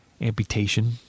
amputation